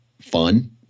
fun